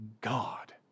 God